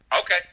Okay